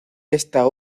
esta